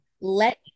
Let